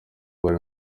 bari